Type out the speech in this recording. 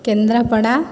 Kendrapara